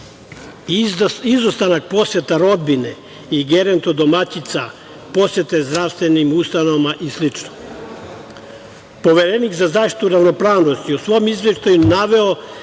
izostanak poseta rodbine i gerontodomaćica, posete zdravstvenim ustanovama i slično. Poverenik za zaštitu ravnopravnosti u svom Izveštaju je naveo